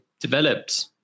developed